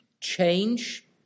change